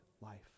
life